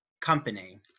company